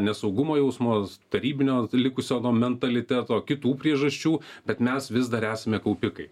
nesaugumo jausmas tarybinio likusio mentaliteto kitų priežasčių kad mes vis dar esame kaupikai